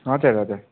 हजुर हजुर